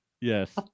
Yes